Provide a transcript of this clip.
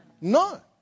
None